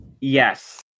Yes